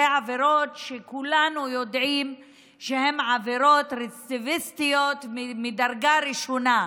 אלו עבירות שכולנו יודעים שהן עבירות רצידיביסטיות מדרגה ראשונה,